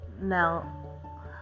Now